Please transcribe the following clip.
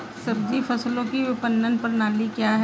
सब्जी फसलों की विपणन प्रणाली क्या है?